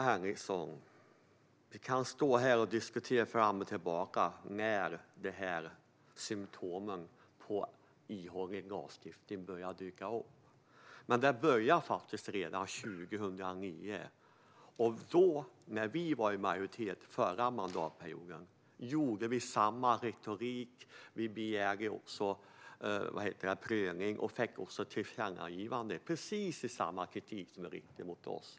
Herr talman! Vi kan stå här och diskutera fram och tillbaka, Emma Henriksson, när dessa symtom på ihålig lagstiftning började dyka upp. Men det började faktiskt redan 2009. När ni var i majoritet under den förra mandatperioden hade vi samma retorik, begärde prövning och fick också ett tillkännagivande till stånd med samma kritik som ni riktar mot oss.